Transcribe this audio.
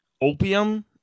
opium